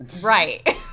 right